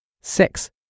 Six